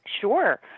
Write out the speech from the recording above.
Sure